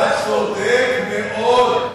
אתה צודק מאוד.